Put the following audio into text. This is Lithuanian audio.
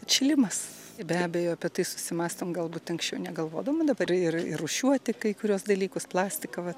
atšilimas be abejo apie tai susimąstom galbūt anksčiau negalvodavom dabar ir ir rūšiuoti kai kuriuos dalykus plastiką va